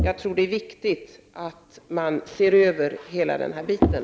Jag tror att det är viktigt att man ser över hela denna fråga.